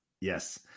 Yes